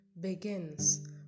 begins